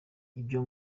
ibyo